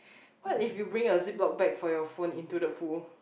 what if you bring your zip lock bag for your phone into the pool